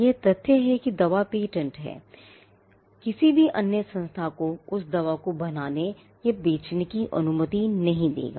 यह तथ्य कि दवा पेटेंट है किसी भी अन्य संस्था को उस दवा को बनाने या बेचने की अनुमति नहीं देगा